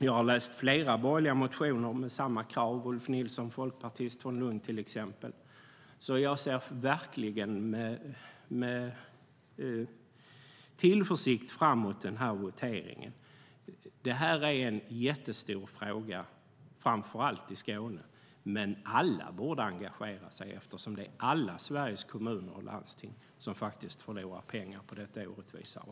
Jag har läst flera borgerliga motioner med samma krav, till exempel från Ulf Nilsson som är folkpartist från Lund. Jag ser verkligen fram mot den här voteringen med tillförsikt. Det här är en jättestor fråga framför allt i Skåne, men alla borde engagera sig eftersom alla Sveriges kommuner och landsting förlorar pengar på detta orättvisa avtal.